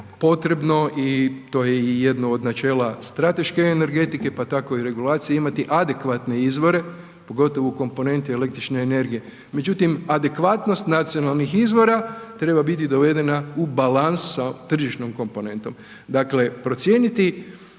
potrebno i to je i jedno od načela strateške energetike, pa tako i regulacije imati adekvatne izvore, pogotovo u komponenti električne energije. Međutim, adekvatnost nacionalnih izvora treba biti dovedena u balans sa tržišnom komponentom. Dakle, procijeniti,